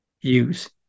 use